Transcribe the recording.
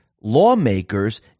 lawmakers